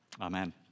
Amen